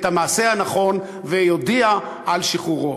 את המעשה הנכון ויודיע על שחרורו.